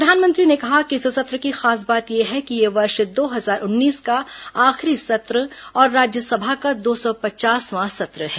प्रधानमंत्री ने कहा कि इस सत्र की खास बात यह है कि यह वर्ष दो हजार उन्नीस का आखिरी सत्र और राज्यसभा का दो सौ पचासवां सत्र है